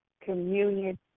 communion